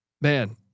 man